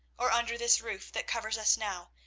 or under this roof that covers us now,